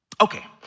Okay